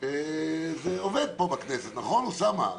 זה עובד פה בכנסת, נכון אוסאמה?